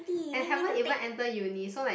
I haven't even enter uni so like